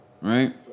right